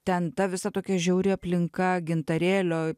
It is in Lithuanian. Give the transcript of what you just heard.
ten ta visa tokia žiauri aplinka gintarėlio